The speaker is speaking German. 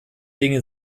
dinge